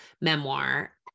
memoir